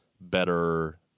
better